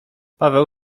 paweł